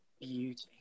beauty